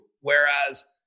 Whereas